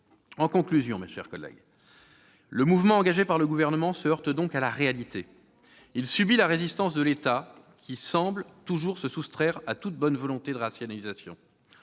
la transition numérique de l'État. Le mouvement engagé par le Gouvernement se heurte donc à la réalité et subit la résistance de l'État, qui semble toujours se soustraire à toute bonne volonté de rationalisation.